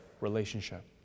relationship